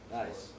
nice